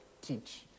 teach